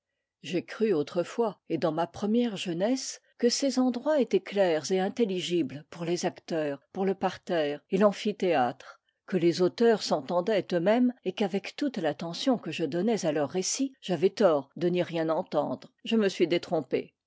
j'ai cru autrefois et dans ma première jeunesse que ces endroits étaient clairs et intelligibles pour les acteurs pour le parterre et l'amphithéâtre que leurs auteurs s'entendaient eux-mêmes et qu'avec toute l'attention que je donnais à leur récit j'avais tort de n'y rien entendre je me suis détrompé